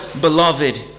beloved